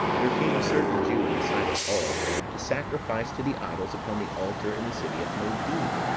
there came a certain jew in the sight of all to sacrifice to the idols upon the altar in the city of modin,